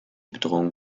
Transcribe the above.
bedrohung